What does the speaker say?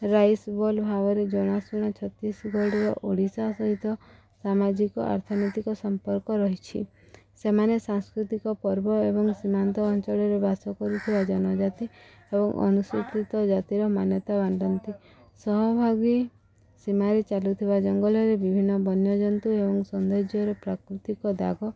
rice ball ଭାବରେ ଜଣାଶୁଣା ଛତିଶଗଡ଼ର ଓଡ଼ିଶା ସହିତ ସାମାଜିକ ଆର୍ଥନୈତିକ ସମ୍ପର୍କ ରହିଛି ସେମାନେ ସାଂସ୍କୃତିକ ପର୍ବ ଏବଂ ସୀମାନ୍ତ ଅଞ୍ଚଳରେ ବାସ କରୁଥିବା ଜନଜାତି ଏବଂ ଅନୁଶାସିତ ଜାତିର ମାନ୍ୟତା ବାଣ୍ଟନ୍ତି ସହଭାଗୀ ସୀମାରେ ଚାଲୁଥିବା ଜଙ୍ଗଲରେ ବିଭିନ୍ନ ବନ୍ୟଜନ୍ତୁ ଏବଂ ସୌନ୍ଦର୍ଯ୍ୟର ପ୍ରାକୃତିକ ଦାଗ